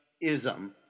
ism